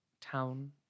town